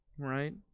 right